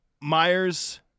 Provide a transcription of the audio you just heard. Myers